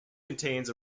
contains